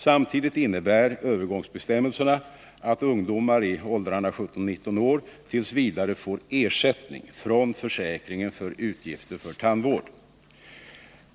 Samtidigt innebär övergångsbestämmelserna att ungdomar i åldrarna 17-19 år tills vidare får ersättning från försäkringen för utgifter för tandvård.